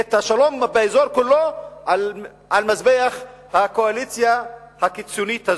את השלום באזור כולו על מזבח הקואליציה הקיצונית הזאת.